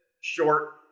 short